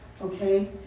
Okay